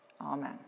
Amen